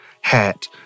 hat